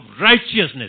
righteousness